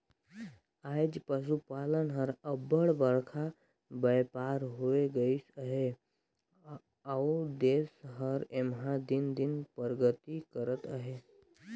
आएज पसुपालन हर अब्बड़ बड़खा बयपार होए गइस अहे अउ देस हर एम्हां दिन दिन परगति करत अहे